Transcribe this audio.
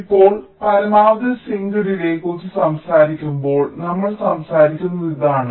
ഇപ്പോൾ ഞങ്ങൾ പരമാവധി സിങ്ക് ഡിലേയ്യ്ക്കുറിച്ച് സംസാരിക്കുമ്പോൾ നമ്മൾ സംസാരിക്കുന്നത് ഇതാണ്